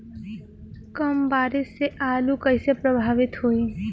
कम बारिस से आलू कइसे प्रभावित होयी?